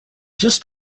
just